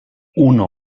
uno